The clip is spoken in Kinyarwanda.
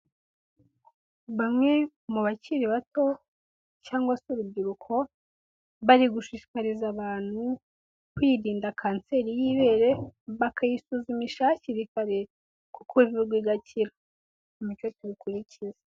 Bamwe mu bakiri bato cyangwa se urubyiruko bari gushishikariza abantu kwirinda kanseri y'ibere bakayisuzumisha hakiri kare kuko ivurwa igakira uwo muco tuwukurikize.